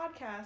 podcast